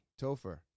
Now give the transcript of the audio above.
Topher